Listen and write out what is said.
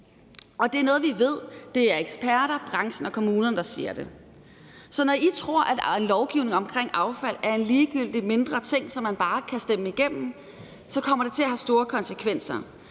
det er noget, vi ved. Det er eksperter, branchen og kommunerne, der siger det. Så når I tror, at lovgivning omkring affald er en ligegyldig, mindre ting, som man bare kan stemme igennem, kommer det til at have store konsekvenser.